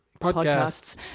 podcasts